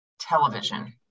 television